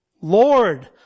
Lord